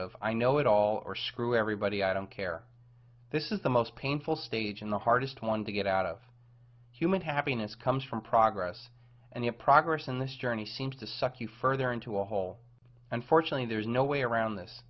of i know it all or screw everybody i don't care this is the most painful stage and the hardest one to get out of human happiness comes from progress and your progress in this journey seems to suck you further into a hole and fortunately there is no way around this